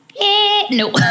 No